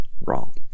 wrong